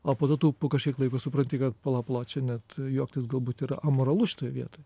o po to tu jau po kažkiek laiko supranti kad pala pala čia net juoktis galbūt yra amoralu šitoj vietoj